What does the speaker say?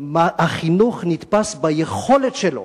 החינוך נתפס ביכולת שלו